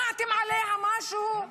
שמעתם עליה משהו?